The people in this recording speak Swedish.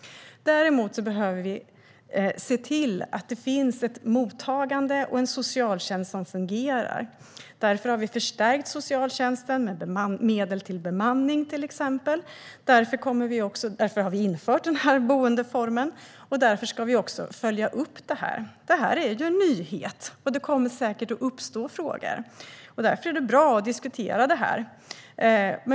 Däremot behöver vi se till att det finns ett mottagande och en socialtjänst som fungerar. Därför har vi förstärkt socialtjänsten med medel till bemanning, till exempel. Därför har vi infört denna boendeform. Och därför ska vi följa upp det. Detta är en nyhet, och det kommer säkert att uppstå frågor. Därför är det bra att diskutera det.